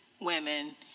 women